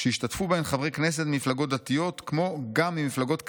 שישתתפו בהן חברי כנסת ממפלגות דתיות כמו גם ממפלגות כלליות,